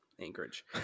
Anchorage